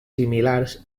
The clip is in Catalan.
similars